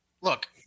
look